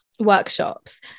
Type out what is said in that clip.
workshops